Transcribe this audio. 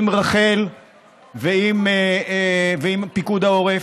עם רח"ל ועם פיקוד העורף,